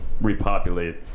repopulate